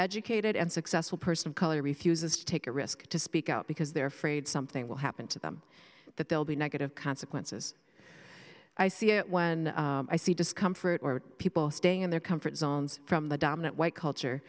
educated and successful person of color refuses to take a risk to speak out because they're afraid something will happen to them that they'll be negative consequences i see it when i see discomfort or people stay in their comfort zones from the dominant white culture